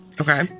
Okay